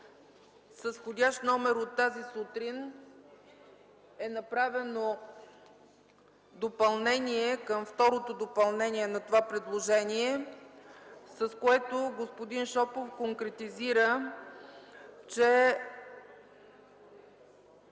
С входящ номер от тази сутрин е направено допълнение към второто допълнение на това предложение, с което господин Шопов конкретизира, че